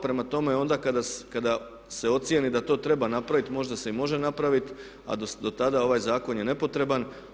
Prema tome onda kada se ocijeni da to treba napraviti možda se i može napraviti a do tada ovaj zakon je nepotreban.